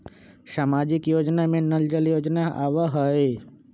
सामाजिक योजना में नल जल योजना आवहई?